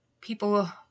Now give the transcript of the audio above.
People